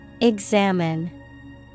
Examine